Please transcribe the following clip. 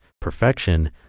perfection